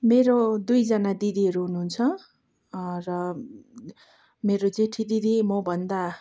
मेरो दुईजना दिदीहरू हुनुहुन्छ र मेरो जेठी दिदी मभन्दा